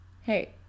Hey